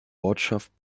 ortschaft